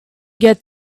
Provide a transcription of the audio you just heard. get